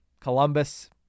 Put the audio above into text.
Columbus